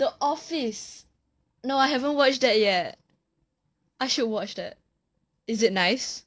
the office no I haven't watch that yet I should watch that is it nice